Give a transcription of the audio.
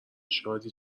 شادی